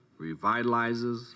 revitalizes